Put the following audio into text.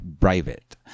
private